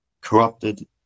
corrupted